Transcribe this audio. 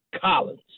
Collins